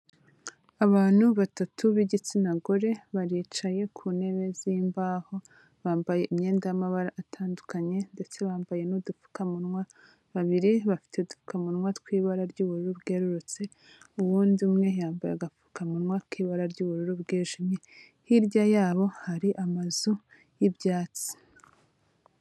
Abantu batatu b'igitsina gore baricaye ku ntebe z'imbaho, bambaye imyenda y'amabara atandukanye ndetse bambaye n'udupfukamunwa, babiri bafite upfukamunwa tw'ibara ry'ubururu bwerurutse, uwundi umwe yambaye agapfukamunwa k'ibara ry'ubururu bwijimye. Hirya yabo hari amazu y'ibyatsi.